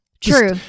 True